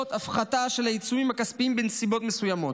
הפחתה של העיצומים הכספיים בנסיבות מסוימות.